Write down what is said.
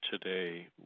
today